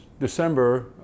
December